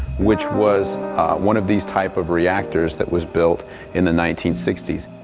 which was one of these types of reactors that was built in the nineteen sixty s.